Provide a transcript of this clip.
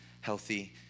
healthy